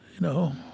know,